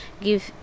give